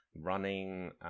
running